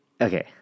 Okay